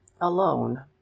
alone